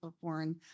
foreign